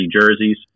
jerseys